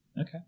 Okay